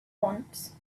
wants